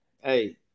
Hey